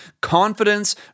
confidence